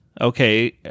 okay